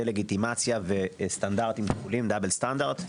דה לגיטימציה ודאבל סטנדרט.